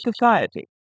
society